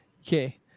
Okay